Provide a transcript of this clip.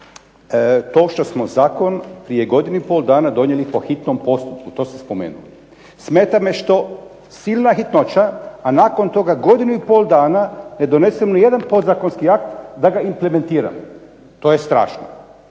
to što smo zakon prije godinu i pol dana donijeli po hitnom postupku, to ste spomenuli. Smeta me što silna hitnoća, a nakon toga godinu i pol dana ne donesemo ni jedan podzakonski akt da ga implementiramo. To je strašno.